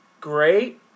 great